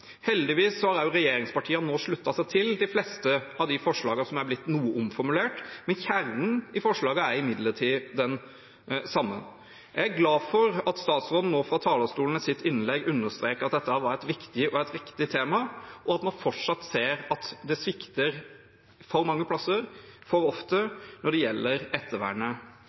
Heldigvis har også regjeringspartiene nå sluttet seg til de fleste av forslagene, som er blitt noe omformulert, mens kjernen i forslagene er den samme. Jeg er glad for at statsråden fra talerstolen i sitt innlegg nå understreket at dette er et viktig og et riktig tema, og at man fortsatt ser at det svikter for mange plasser, for ofte, når det gjelder ettervernet.